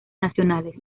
nacionales